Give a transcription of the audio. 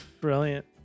Brilliant